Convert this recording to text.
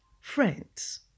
Friends